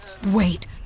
Wait